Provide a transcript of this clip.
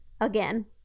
Again